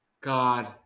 God